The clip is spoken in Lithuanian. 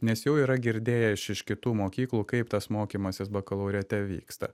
nes jau yra girdėję iš kitų mokyklų kaip tas mokymasis bakalaureate vyksta